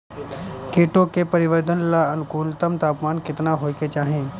कीटो के परिवरर्धन ला अनुकूलतम तापमान केतना होए के चाही?